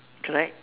correct